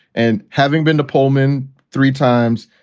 and having been to pohlman three times.